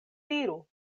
diru